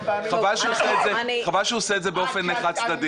חבל שהוא עושה את זה באופן חד צדדי.